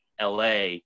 LA